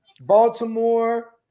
Baltimore